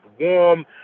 warm